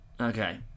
Okay